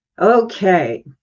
Okay